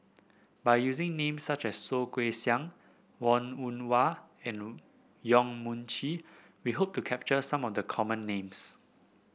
by using names such as Soh Kay Siang Wong Yoon Wah and Yong Mun Chee we hope to capture some of the common names